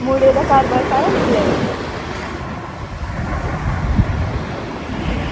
मुड़े दा घर बाह्र सारा दिक्खी लेएदा